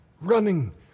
Running